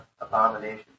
abomination